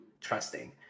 trusting